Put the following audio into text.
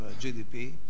GDP